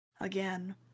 again